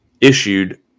issued